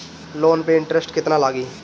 Loan पे interest केतना लागी?